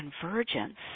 convergence